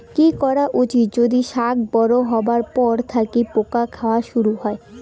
কি করা উচিৎ যদি শাক বড়ো হবার পর থাকি পোকা খাওয়া শুরু হয়?